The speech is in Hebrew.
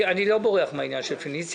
אני לא בורח מן העניין של פניציה.